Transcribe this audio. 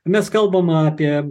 mes kalbam apie